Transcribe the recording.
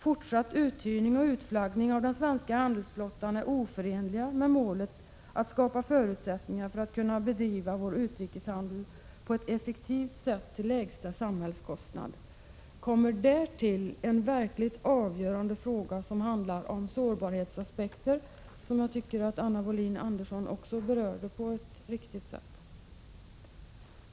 Fortsatt uthyrning och utflaggning av den svenska handelsflottan är oförenliga med målet att skapa förutsättningar för att kunna bedriva vår utrikeshandel på ett effektivare sätt till lägsta samhällskostnad. Därtill kommer en verkligt avgörande fråga som handlar om sårbarhetsaspekterna, vilka jag tyckte Anna Wohlin-Andersson också berörde på ett riktigt sätt.